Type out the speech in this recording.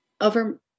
over